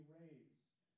raised